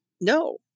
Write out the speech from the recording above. No